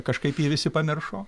kažkaip jį visi pamiršo